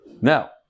Now